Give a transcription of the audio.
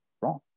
wrong